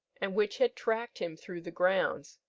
and which had tracked him through the grounds.